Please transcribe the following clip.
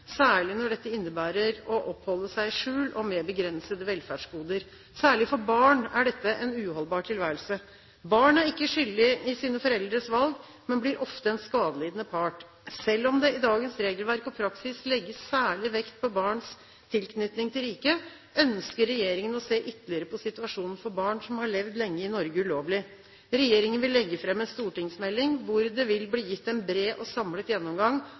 særlig når dette innebærer å oppholde seg i skjul og med begrensede velferdsgoder. Særlig for barn er dette en uholdbar tilværelse. Barn er ikke skyldig i sine foreldres valg, men blir ofte en skadelidende part. Selv om det i dagens regelverk og praksis legges særlig vekt på barns tilknytning til riket, ønsker regjeringen å se ytterligere på situasjonen for barn som har levd lenge i Norge ulovlig. Regjeringen vil legge frem en stortingsmelding hvor det vil bli gitt en bred og samlet gjennomgang